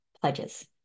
pledges